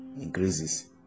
increases